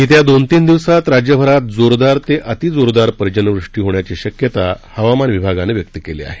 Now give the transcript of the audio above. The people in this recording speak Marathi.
येत्या दोन तीन दिवसांत राज्यभरात जोरदार ते अतिजोरदार पर्जन्यवृष्टी होण्याची शक्यता हवामान विभागानं व्यक्त केली आहे